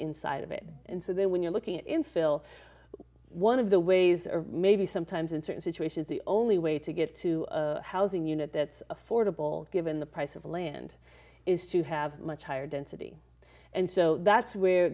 inside of it and so they're when you're looking infill one of the ways or maybe sometimes in certain situations the only way to get to a housing unit that's affordable given the price of land is to have much higher density and so that's where